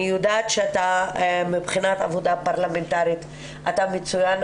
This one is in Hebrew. אני יודעת שמבחינת עבודה פרלמנטרית אתה מצוין,